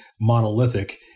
monolithic